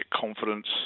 confidence